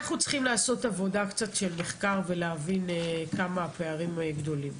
אנחנו צריכים לעשות עבודת מחקר ולהבין כמה הפערים גדולים.